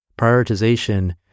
Prioritization